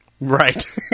Right